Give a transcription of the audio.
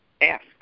ask